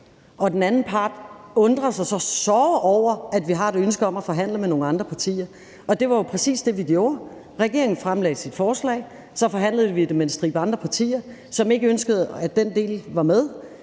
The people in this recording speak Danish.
af hinanden – undrer sig såre over, at vi har et ønske om at forhandle med nogle andre partier, og det var jo præcis det, vi gjorde. Regeringen fremlagde sit forslag, og så forhandlede vi det med en stribe andre partier, som ikke ønskede, at den del var med,